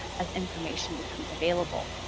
as information becomes available.